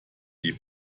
die